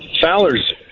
Fowler's